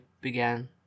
began